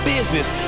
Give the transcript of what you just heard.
business